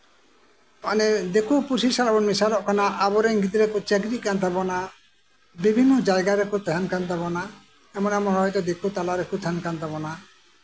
ᱢᱟᱱᱮ ᱫᱤᱠᱩ ᱯᱩᱥᱤ ᱥᱟᱞᱟᱜ ᱵᱚᱱ ᱢᱮᱥᱟᱞᱚᱜ ᱠᱟᱱᱟ ᱟᱵᱚᱨᱮᱱ ᱜᱤᱫᱽᱨᱟᱹ ᱠᱚ ᱪᱟᱠᱨᱤ ᱠᱟᱱ ᱛᱟᱵᱳᱱᱟ ᱵᱤᱵᱷᱤᱱᱱᱚ ᱡᱟᱭᱜᱟ ᱨᱮᱠᱚ ᱛᱟᱸᱦᱮᱱ ᱠᱟᱱ ᱛᱟᱵᱳᱱᱟ ᱟᱭᱢᱟ ᱦᱚᱲ ᱦᱳᱭᱛᱳ ᱫᱤᱠᱩ ᱛᱟᱞᱟ ᱨᱮᱠᱚ ᱛᱟᱸᱦᱮᱱ ᱠᱟᱱ ᱛᱟᱵᱳᱱᱟ